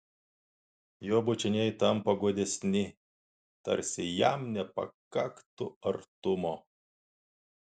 jo bučiniai tampa godesni tarsi jam nepakaktų artumo